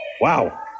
Wow